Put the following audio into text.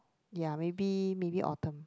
ya maybe maybe Autumn